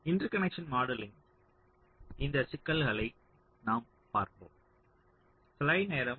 interconnection மாடலிங்ல் இந்த சிக்கல்களை நாம் பார்ப்போம்